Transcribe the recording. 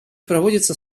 проводятся